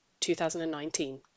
2019